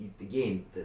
again